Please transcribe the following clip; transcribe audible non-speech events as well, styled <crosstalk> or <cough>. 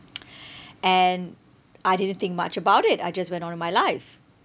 <noise> <breath> and I didn't think much about it I just went on with my life